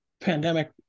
pandemic